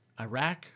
Iraq